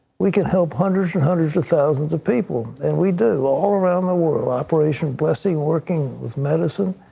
we can help hundreds and hundreds of thousands of people and we do, all around the world, operation blessing working with medicine.